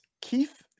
Keith